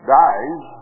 dies